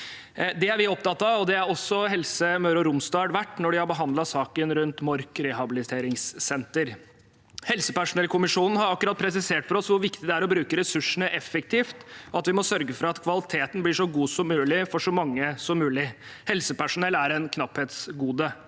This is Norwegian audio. Det er vi opptatt av, og det har også Helse Møre og Romsdal vært da de har behandlet saken om Mork rehabiliteringssenter. Helsepersonellkommisjonen har akkurat presisert for oss hvor viktig det er å bruke ressursene effektivt, og at vi må sørge for at kvaliteten blir så god som mulig for så mange som mulig. Helsepersonell er et knapphetsgode.